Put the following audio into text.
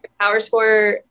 PowerScore